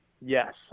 yes